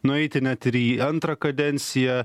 nueiti net ir į antrą kadenciją